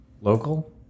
Local